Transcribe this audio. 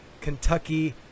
Kentucky